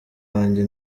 wanjye